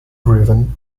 driven